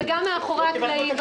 וגם מאחורי הקלעים.